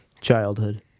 Childhood